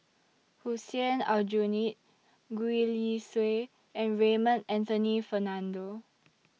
Hussein Aljunied Gwee Li Sui and Raymond Anthony Fernando